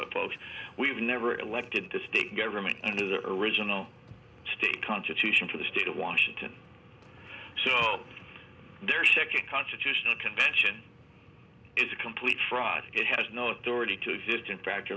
what folks we've never elected to stay government under the original state constitution to the state of washington so their second constitutional convention is a complete fraud it has no authority to exist in fact or